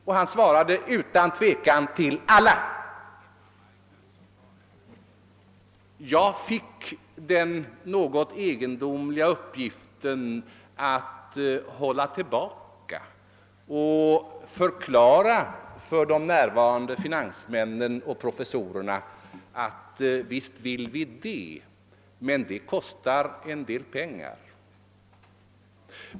Och han svarade: Utan tvekan till alla! Jag fick den något egendomliga uppgiften att hålla tillbaka litet och att för de närvarande finansmännen och professorerna förklara, att visst ville vi öka utbildningen, men det kostar mycket pengar.